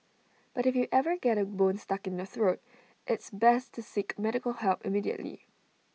but if you ever get A bone stuck in your throat it's best to seek medical help immediately